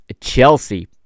Chelsea